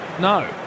No